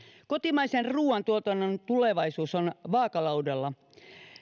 kotimaisen ruuantuotannon tulevaisuus on vaakalaudalla